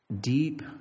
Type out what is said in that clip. deep